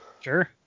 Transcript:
Sure